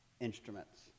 instruments